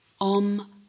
om